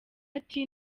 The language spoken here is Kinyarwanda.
ati